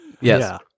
Yes